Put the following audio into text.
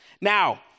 Now